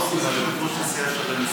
המשיכה אותו יושבת-ראש הסיעה שרן השכל.